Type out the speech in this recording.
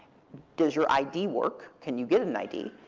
does your id work? can you get an id?